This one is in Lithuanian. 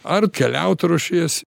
ar keliaut ruošies